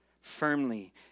Firmly